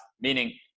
meaning